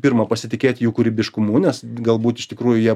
pirma pasitikėt jų kūrybiškumu nes galbūt iš tikrųjų jie